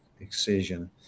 excision